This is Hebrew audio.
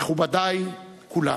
מכובדי כולם.